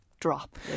drop